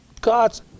God's